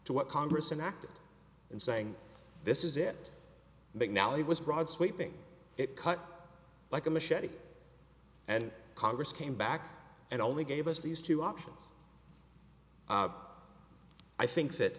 to what congress enacted in saying this is it big now it was broad sweeping it cut like a machete and congress came back and only gave us these two options i think that